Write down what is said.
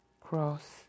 Cross